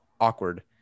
awkward